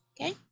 Okay